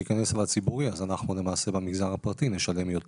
הסבר 66